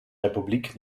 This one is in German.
republik